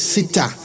Sita